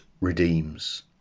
redeems